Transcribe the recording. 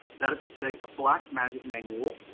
that is to say a black magic manual,